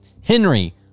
Henry